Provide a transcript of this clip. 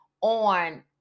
on